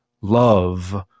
Love